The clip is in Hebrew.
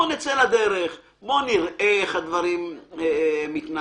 בוא נצא לדרך ונראה איך הדברים מתנהלים.